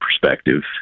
perspective